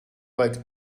like